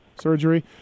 surgery